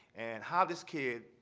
and how this kid,